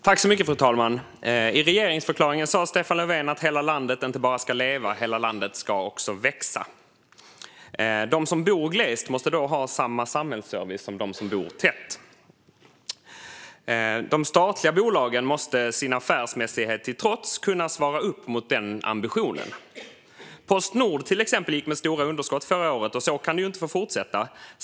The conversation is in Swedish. Fru talman! I regeringsförklaringen sa Stefan Löfven inte bara att hela landet ska leva utan att hela landet också ska växa. De som bor glest måste då ha samma samhällsservice som de som bor tätt. De statliga bolagen måste, sin affärsmässighet till trots, kunna svara upp mot denna ambition. Postnord, till exempel, gick med stora underskott förra året. Så kan det inte få fortsätta.